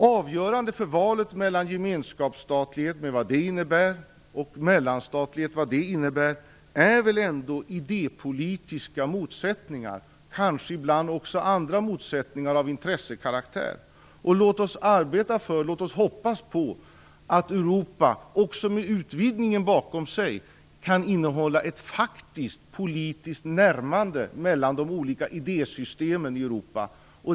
Avgörande för valet mellan gemenskapsstatlighet, med allt vad det innebär, och mellanstatlighet, med allt vad det innebär, är väl ändå idépolitiska motsättningar. Ibland är det kanske också andra motsättningar, av intressekaraktär. Låt oss arbeta för, och hoppas på, att Europa, också med utvidgningen bakom sig, kan innehålla ett faktiskt politiskt närmande mellan de olika idésystemen.